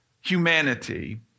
humanity